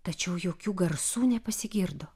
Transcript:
tačiau jokių garsų nepasigirdo